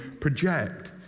project